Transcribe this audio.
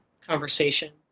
conversation